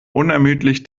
unermüdlich